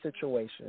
situation